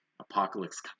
Apocalypse